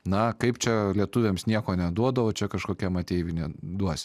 na kaip čia lietuviams nieko neduoda o čia kažkokiam ateiviui ne duosim